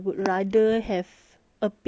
than not having a job